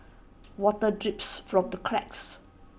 water drips from the cracks